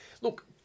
Look